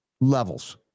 levels